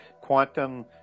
quantum